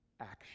action